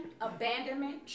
abandonment